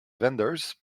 vendors